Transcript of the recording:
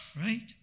right